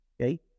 Okay